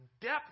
depth